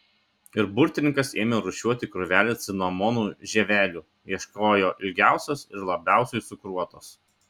ir burtininkas ėmė rūšiuoti krūvelę cinamonų žievelių ieškojo ilgiausios ir labiausiai cukruotos